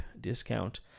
discount